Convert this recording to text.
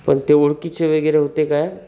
पण ते ओळखीचे वगैरे होते काय